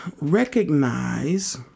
recognize